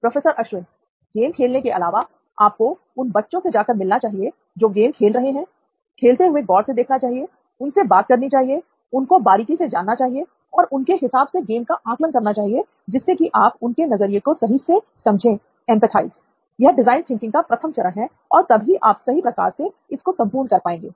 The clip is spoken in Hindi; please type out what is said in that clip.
प्रोफेसर अश्विन गेम खेलने के अलावा आपको उन बच्चों से जाकर मिलना चाहिए जो गेम खेल रहे हैं खेलते हुए गौर से देखना चाहिए उनसे बात करनी चाहिए उनको बारीकी से जानना चाहिए और उनके हिसाब से गेम का आकलन करना चाहिए जिससे कि आप उनके नज़रिये को सही से समझें l यह डिजाइन थिंकिंग का प्रथम चरण है और तब ही आप सही प्रकार से इसको संपूर्ण कर पाएंगे